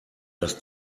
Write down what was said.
dass